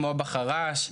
כמו בחרש,